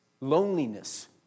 Loneliness